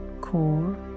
core